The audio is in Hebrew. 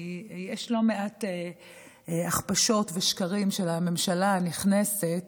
כי יש לא מעט הכפשות ושקרים של הממשלה הנכנסת